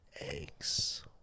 eggs